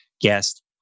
guest